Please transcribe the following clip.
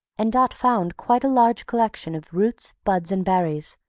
and dot found quite a large collection of roots, buds, and berries,